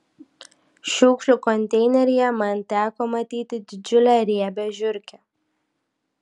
šiukšlių konteineryje man teko matyti didžiulę riebią žiurkę